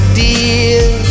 dear